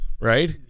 right